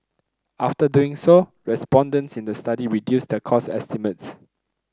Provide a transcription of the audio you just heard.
after doing so respondents in the study reduced their cost estimates